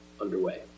underway